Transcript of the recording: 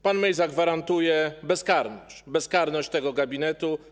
Pan Mejza gwarantuje bezkarność, bezkarność tego gabinetu.